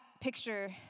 picture